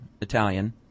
Italian